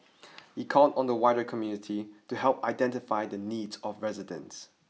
he called on the wider community to help identify the needs of residents